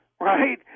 Right